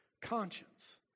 conscience